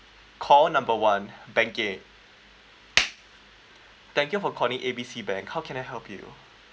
call number one banking thank you for calling A B C bank how can I help you